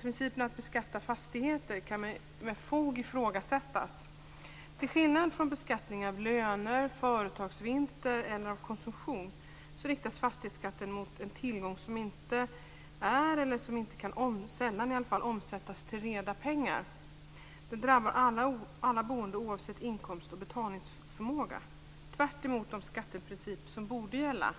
Principen med att beskatta fastigheter kan med fog ifrågasättas. Till skillnad från beskattning av löner, företagsvinster eller konsumtion riktas fastighetsskatten mot en tillgång som inte består av, eller sällan kan omsättas till, reda pengar. Den drabbar alla boende oavsett inkomst och betalningsförmåga. Det är tvärtemot den skatteprincip som borde gälla,